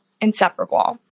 inseparable